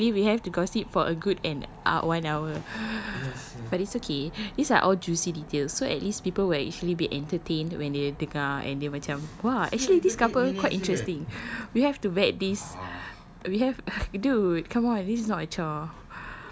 I cannot believe we have to gossip for a good end ah one hour but it's okay these are all juicy details so at least people will actually be entertained when they dengar and dia macam !wah! actually this couple quite interesting we have to vet this we have dude come on this is not a chore